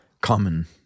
common